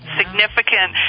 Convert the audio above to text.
significant